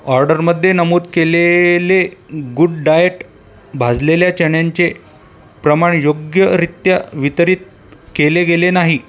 ऑर्डरमध्ये नमूद केले ले गुडडाएट भाजलेल्या चण्यांचे प्रमाण योग्यरीत्या वितरित केले गेले नाही